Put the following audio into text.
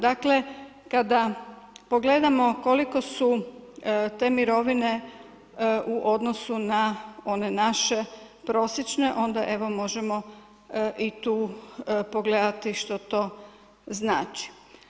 Dakle kada pogledamo koliko su te mirovine u odnosu na one naše prosječne, onda evo možemo i tu pogledati što to znači.